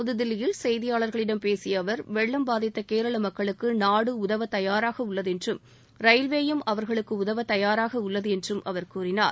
புது தில்லியில் செய்தியாளர்களிடம் பேசிய அவர் வெள்ளம் பாதித்த கேரள மக்களுக்கு நாடு உதவ தயாராக உள்ளது என்றும் ரயில்வேயும் அவர்களுக்கு உதவ தயாராக உள்ளது என்றும் அவர் கூறினார்